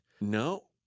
No